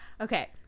Okay